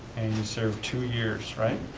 served two years, right?